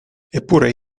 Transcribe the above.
eppure